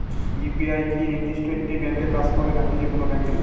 UPI কি নির্দিষ্ট একটি ব্যাংকে কাজ করে নাকি যে কোনো ব্যাংকে?